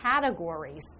categories